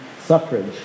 suffrage